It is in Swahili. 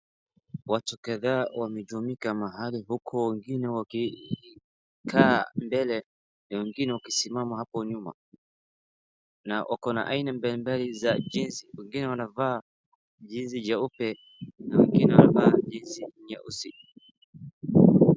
Watu kadhaa wamejumuika mahali huku wengine wakikaa mbele na wengine wakisimama hapo nyuma na wako na aina mbalimbali za jezi. Wengine wanavaa jezi jeupe na wengine wanavaa jezi nyeusi.